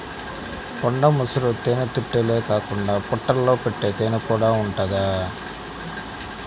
కొండ ముసురు తేనెతుట్టెలే కాకుండా పుట్టల్లో పెట్టే తేనెకూడా ఉంటది